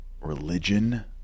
religion